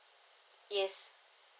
yes